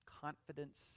Confidence